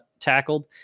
tackled